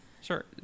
Sure